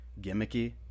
gimmicky